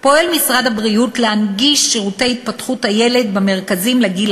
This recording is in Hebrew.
על כך פועל משרד הבריאות להנגיש את שירותי התפתחות הילד במרכזים לגיל